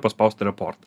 paspaust report